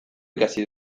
ikasi